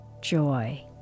joy